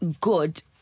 good